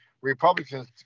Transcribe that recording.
Republicans